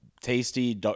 tasty